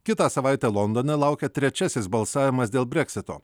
kitą savaitę londone laukia trečiasis balsavimas dėl breksito